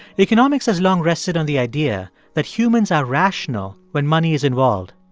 economics has long rested on the idea that humans are rational when money is involved.